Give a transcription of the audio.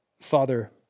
Father